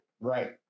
Right